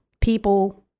people